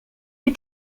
you